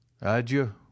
adieu